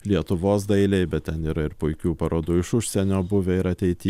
lietuvos dailėj bet ten yra ir puikių parodų iš užsienio buvę ir ateity